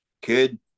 Kid